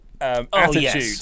attitude